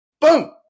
Boom